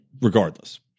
regardless